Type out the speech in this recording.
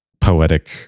poetic